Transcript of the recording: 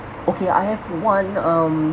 okay I have one um